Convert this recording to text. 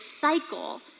cycle